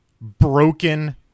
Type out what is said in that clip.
broken